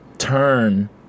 turn